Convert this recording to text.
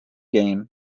game